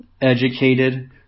educated